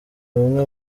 bumwe